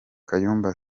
kayumba